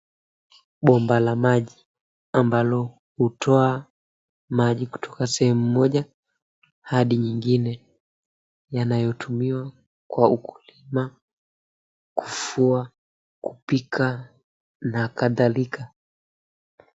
Bomba la maji ambalo hutoa maji kutoka sehemu moja hadi nyingine yanayotumia kwa ukulima, kufua, kupika na kadhalika .